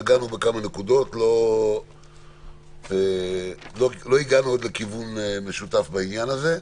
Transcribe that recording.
נגענו בכמה נקודות אך לא הגענו לכיוון משותף בעניין הזה.